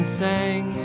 sang